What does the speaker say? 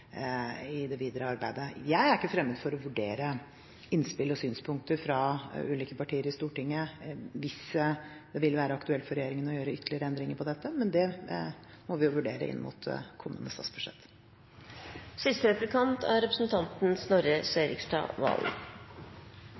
i det videre arbeidet. Jeg er ikke fremmed for å vurdere innspill og synspunkter fra ulike partier i Stortinget hvis det vil være aktuelt for regjeringen å gjøre ytterligere endringer på dette, men det må vi vurdere inn mot kommende statsbudsjett. Det er